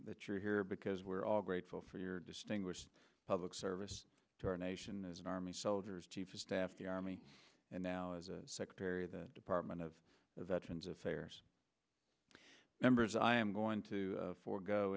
you're here because we're all grateful for your distinguished public service to our nation as an army soldiers chief of staff the army and now as secretary of the department of veterans affairs members i am going to forego